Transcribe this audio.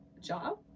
job